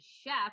chef